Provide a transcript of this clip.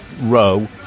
row